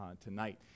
tonight